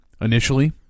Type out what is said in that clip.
initially